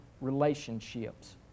relationships